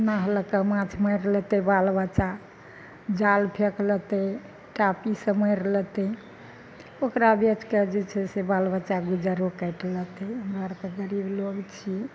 नाव लऽ कऽ माँछ मारि लेतै बाल बच्चा जाल फेक लेतै टापी सँ मारि लेतै ओकरा बेचके जे छै से बाल बच्चा गुजरो काटि लेतै हमरा आरके गरीब लोग छी